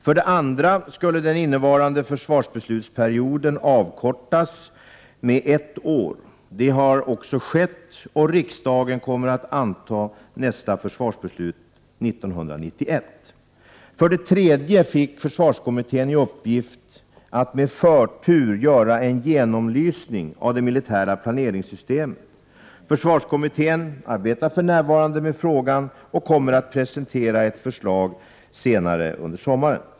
För det andra skulle den innevarande försvarsbeslutsperioden avkortas med ett år. Det har också skett, och riksdagen kommer att anta nästa försvarsbeslut 1991. För det tredje fick försvarskommittén i uppgift att med förtur göra en genomlysning av det militära planeringssystemet. Försvarskommittén arbetar för närvarande med frågan och kommer att presentera ett förslag senare under sommaren.